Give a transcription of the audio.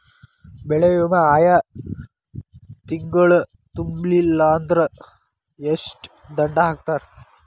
ಬೆಳೆ ವಿಮಾ ಆಯಾ ತಿಂಗ್ಳು ತುಂಬಲಿಲ್ಲಾಂದ್ರ ಎಷ್ಟ ದಂಡಾ ಹಾಕ್ತಾರ?